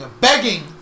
begging